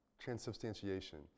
transubstantiation